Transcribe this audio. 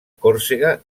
còrsega